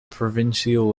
provincial